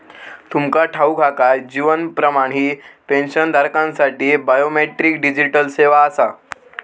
तुमका ठाऊक हा काय? जीवन प्रमाण ही पेन्शनधारकांसाठी बायोमेट्रिक डिजिटल सेवा आसा